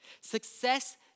Success